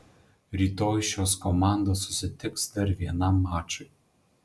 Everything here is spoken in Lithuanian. rytoj šios komandos susitiks dar vienam mačui